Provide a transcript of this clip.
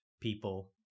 people